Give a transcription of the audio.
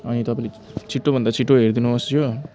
अनि तपाईँले छिटो भन्दा छिटो हेरिदिनु होस् यो